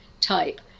type